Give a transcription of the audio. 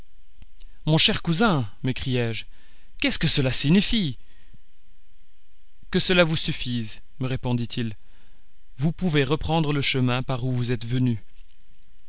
mon cher cousin m'écriai-je qu'est-ce que cela signifie que cela vous suffise me réponditil vous pouvez reprendre le chemin par où vous êtes venu